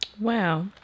Wow